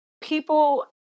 people